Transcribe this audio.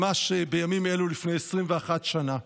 ממש בימים אלה לפני 21 שנה.